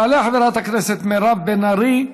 תעלה חברת הכנסת מירב בן ארי,